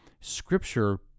Scripture